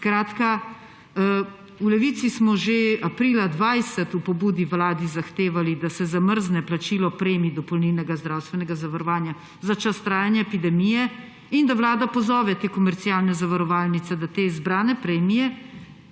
krčijo. V Levici smo že aprila 2020 v pobudi vladi zahtevali, da se zamrzne plačilo premij dopolnilnega zdravstvenega zavarovanja za čas trajanja epidemije in da vlada pozove te komercialne zavarovalnice, da te zbrane premije